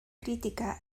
crítica